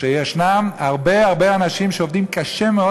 כי יש הרבה הרבה אנשים שעובדים קשה מאוד